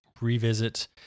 revisit